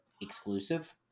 exclusive